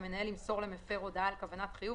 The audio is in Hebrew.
והמנהל ימסור למפר הודעה על כוונת חיוב